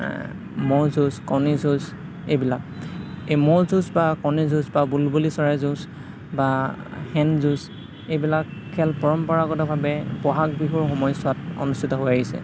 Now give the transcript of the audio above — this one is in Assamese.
ম'হ যুঁজ কণী যুঁজ এইবিলাক এই ম'হ যুঁজ বা কণী যুঁজ বা বুলবুলি চৰাইৰ যুঁজ বা শেন যুঁজ এইবিলাক খেল পৰম্পৰাগতভাৱে বহাগ বিহুৰ সময়ছোৱাত অনুস্থিত হৈ আহিছে